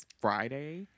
Friday